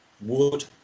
wood